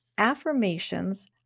Affirmations